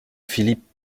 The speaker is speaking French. philippe